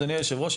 אדוני היושב-ראש,